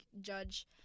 judge